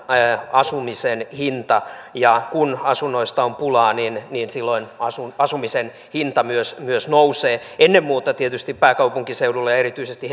asumisen hinta ja kun asunnoista on pulaa niin niin silloin asumisen hinta myös myös nousee ennen muuta tietysti pääkaupunkiseudulla ja erityisesti